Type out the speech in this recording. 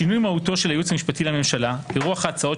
שינוי מהותו של הייעוץ המשפטי לממשלה ברוח ההצעות